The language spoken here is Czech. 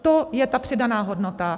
To je ta přidaná hodnota.